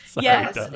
Yes